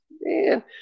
man